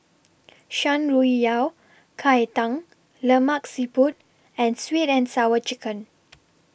Shan Rui Yao Cai Tang Lemak Siput and Sweet and Sour Chicken